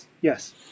Yes